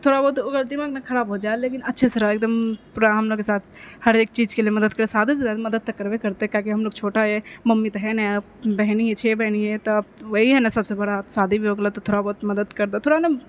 थोड़ा बहुत ओकर दिमाग ने खराब हो जाइ है लेकिन अच्छेसँ रहै पूरा हमलोगके साथ हरेक चीजके लिए मदद करै शादी शुदा है मदति करबे करतै कियाकि हमलोग छोटा हियै मम्मी तऽ है ने बहिनी छियै छओ बहिन है तऽ वही है ने सबसँ बड़ा शादी भी हो गेले हऽ तऽ थोड़ा बहुत मदति कर दहो थोड़ा नहि